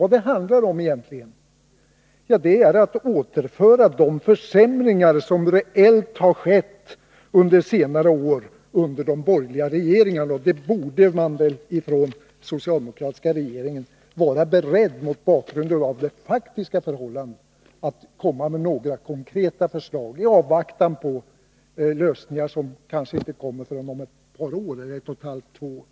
Vad det egentligen handlar om är att undanröja de försämringar som reellt har skett under senare år under de borgerliga regeringarna. Den socialdemokratiska regeringen borde väl vara beredd att — mot bakgrund av de faktiska förhållandena —- komma med några konkreta förslag i avvaktan på lösningar som kanske inte kommer förrän om ett och ett halvt å två år.